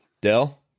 Dell